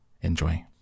Enjoy